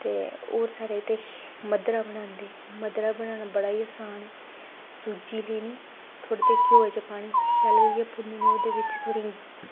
ते होर साढ़े इत्थै मद्दरा बनांदे मद्दरा बनाना बड़ा गै आसान ऐ सूजी लैनी थोह्ड़ा जेहा घ्यो च पानी शैल करियै भुन्ननी ओह्दे च थोह्ड़ी